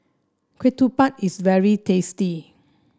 ketupat is very tasty